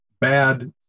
bad